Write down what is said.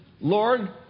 Lord